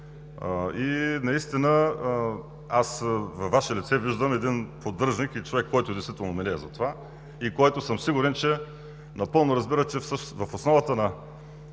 демографията. Във Ваше лице виждам един поддръжник и човек, който действително милее за това, и който, сигурен съм, напълно разбира, че в основата на